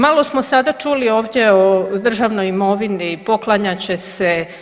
Malo smo sada čuli ovdje o državnoj imovini, poklanjat će se.